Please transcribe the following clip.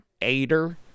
Aider